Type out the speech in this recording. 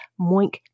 Moink